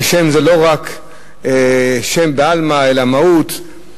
שם זה לא רק שם בעלמא אלא מהות.